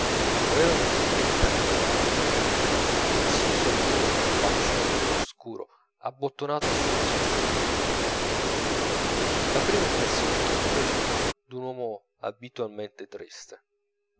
aveva una giacchetta d'orleans nero e il suo solito panciotto oscuro abbottonato fin sotto il mento la prima impressione che mi fece fu d'un uomo abitualmente triste